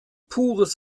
pures